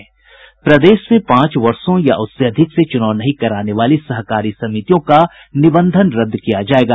प्रदेश में पांच वर्षों या उससे अधिक से चुनाव नहीं कराने वाली सहकारी समितियों का निबंधन रद्द किया जायेगा